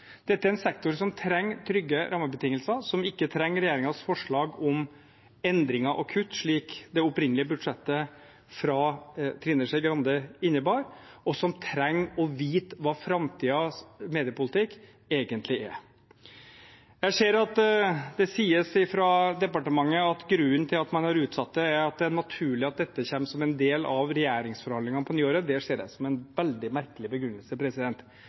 Dette er en sektor som trenger trygge rammebetingelser, som ikke trenger regjeringens forslag om endringer og kutt – slik det opprinnelige budsjettet fra Trine Skei Grande innebar – og som trenger å vite hva framtidens mediepolitikk egentlig er. Jeg hører at det sies fra departementet at grunnen til at man har utsatt det, er at det er naturlig at dette kommer som en del av regjeringsforhandlingene på nyåret. Det ser jeg som en veldig merkelig begrunnelse.